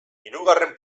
hirugarren